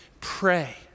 pray